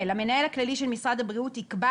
2)לידי המנהל הכללי של משרד החינוך,